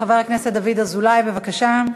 חבר הכנסת דוד אזולאי, בבקשה.